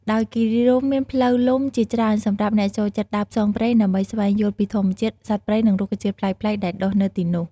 ដោយគិរីរម្យមានផ្លូវលំជាច្រើនសម្រាប់អ្នកចូលចិត្តដើរផ្សងព្រេង ដើម្បីស្វែងយល់ពីធម្មជាតិ សត្វព្រៃ និងរុក្ខជាតិប្លែកៗដែលដុះនៅទីនោះ។